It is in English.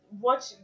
watch